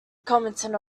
commented